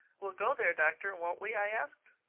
we'll go there, doctor, won't we? i asked.